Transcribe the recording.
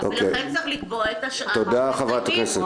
לכן צריך לקבוע את שעת הסיום.